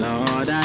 Lord